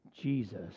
Jesus